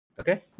okay